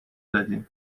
دادی